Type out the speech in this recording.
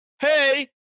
hey